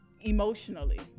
emotionally